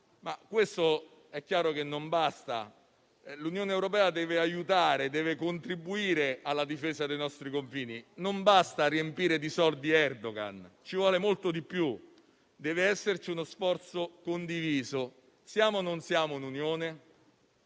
europea. È chiaro che questo non basta e l'Unione europea deve aiutare e contribuire alla difesa dei nostri confini: non basta riempire di soldi Erdoğan, ci vuole molto di più: deve esserci uno sforzo condiviso. Siamo o non siamo un'unione?